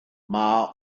mae